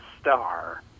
star